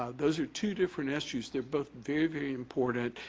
ah those are two different issues. they're both very, very important.